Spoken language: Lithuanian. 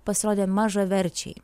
pasirodė mažaverčiai